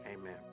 Amen